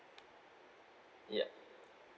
ya